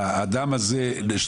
האדם הזה,